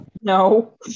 No